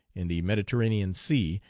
in the mediterranean sea,